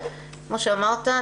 כמו שאמרת,